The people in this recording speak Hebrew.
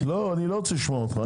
אני לא רוצה לשמוע אותך.